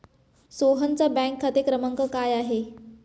सोहनचा बँक खाते क्रमांक काय आहे?